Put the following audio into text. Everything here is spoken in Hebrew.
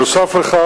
נוסף על כך,